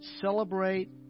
celebrate